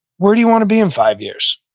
where do you want to be in five years?